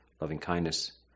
loving-kindness